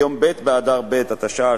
ביום ב' באדר ב' התשע"א,